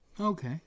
Okay